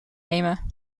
nemen